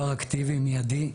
פרא-אקטיבי ומיידי.